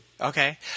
Okay